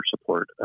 support